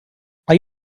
are